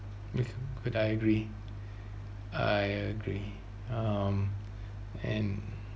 okay good I agree I agree um and